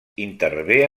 intervé